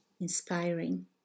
inspiring